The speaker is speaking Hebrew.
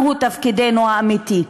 מהו תפקידנו האמיתי.